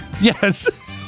Yes